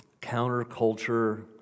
counterculture